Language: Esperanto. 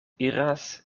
iras